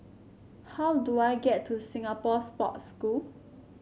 how do I get to Singapore Sports School